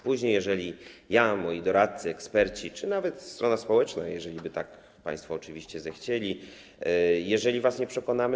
Później, jeżeli ja, moi doradcy, eksperci czy nawet strona społeczna, jeżeliby tak państwo oczywiście by zechcieli, was nie przekonamy.